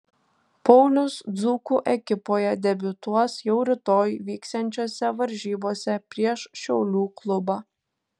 paulius dzūkų ekipoje debiutuos jau rytoj vyksiančiose varžybose prieš šiaulių klubą